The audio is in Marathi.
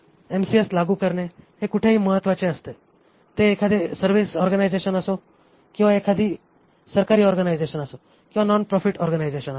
MCS लागू करणे हे कुठेही महत्वाचे असते ते एखादे सर्व्हिस ऑर्गनायझेशन असो किंवा एखादी सरकारी ऑर्गनायझेशन असो किंवा नॉन प्रॉफिट ऑर्गनायझेशन असो